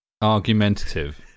Argumentative